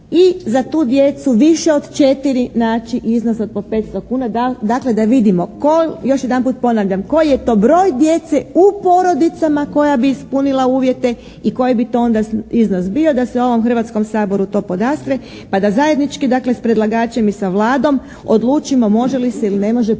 i za tu djecu više od 4 naći iznos od po 500 kuna. Dakle da vidimo, još jedanput ponavljam koji je to broj djece u porodicama koja bi ispunila uvjete i koji bi to onda iznos bio da se ovom Hrvatskom saboru to podastre pa da zajednički dakle sa predlagačem i sa Vladom odlučimo može li se ili ne može pokriti